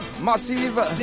Massive